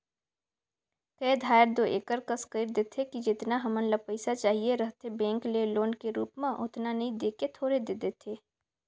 कए धाएर दो एकर कस कइर देथे कि जेतना हमन ल पइसा चाहिए रहथे बेंक ले लोन के रुप म ओतना नी दे के थोरहें दे देथे